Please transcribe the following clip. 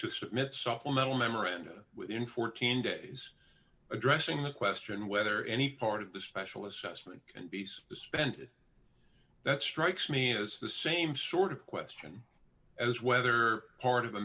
to submit supplemental memoranda within fourteen days addressing the question whether any part of the special assessment can be suspended that strikes me as the same sort of question as whether part of